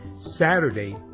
Saturday